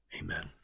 Amen